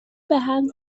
بهم